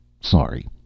Sorry